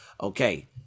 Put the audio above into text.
Okay